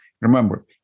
remember